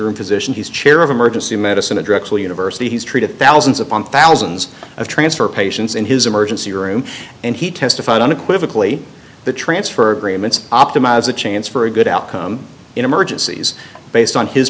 room physician who's chair of emergency medicine a dreadful university he's treated thousands upon thousands of transfer patients in his emergency room and he testified unequivocally the transfer agreement optimize the chance for a good outcome in emergencies based on his